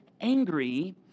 angry